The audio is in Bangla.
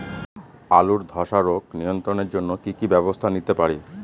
আলুর ধ্বসা রোগ নিয়ন্ত্রণের জন্য কি কি ব্যবস্থা নিতে পারি?